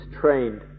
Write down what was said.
trained